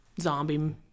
zombie